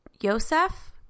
Yosef